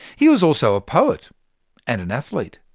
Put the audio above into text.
he was also a poet and and athlete.